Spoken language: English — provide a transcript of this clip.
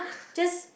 just